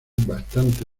bastante